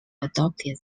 adopted